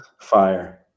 fire